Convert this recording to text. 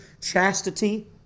chastity